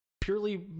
purely